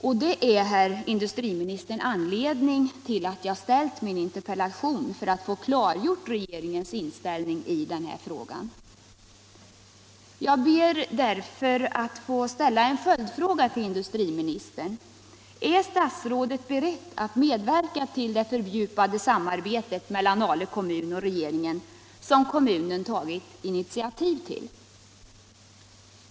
Och det är, herr industriminister, anledningen till att jag har ställt min interpellation — för att få regeringens inställning i denna fråga klargjord. Jag ber därför att få ställa en följdfråga till industriministern: Är statsrådet beredd att medverka till det fördjupade samarbete mellan Ale kommun och regeringen som kommunen tidigare tagit initiativ till?